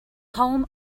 home